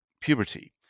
puberty